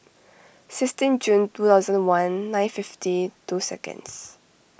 sixteen June two thousand and one nine fifty two seconds